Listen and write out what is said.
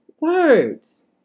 words